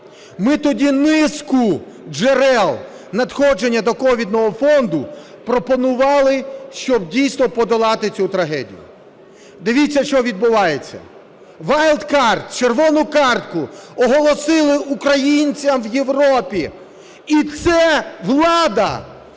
Ми тоді низку джерел надходження до ковідного фонду пропонували, щоб дійсно подолати цю трагедію. Дивіться, що відбувається. Wildcard, червону картку оголосили українцям в Європі, і це влада.